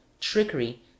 trickery